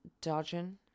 dodging